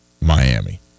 Miami